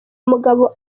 mugabo